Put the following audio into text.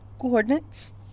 coordinates